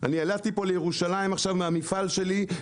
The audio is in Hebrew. אני הלכתי פה לירושלים עכשיו מהמפעל שלי,